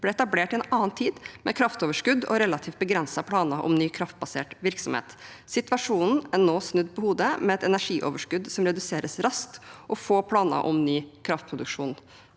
ble etablert i en annen tid, med kraftoverskudd og relativt begrensede planer om ny kraftbasert virksomhet. Situasjonen er nå snudd på hodet, med et energioverskudd som reduseres raskt, og få planer om ny kraftproduksjon.»